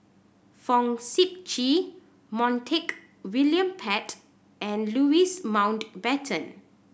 Fong Sip Chee Montague William Pett and Louis Mountbatten